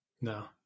No